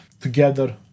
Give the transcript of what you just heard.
Together